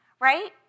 right